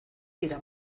dira